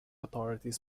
authorities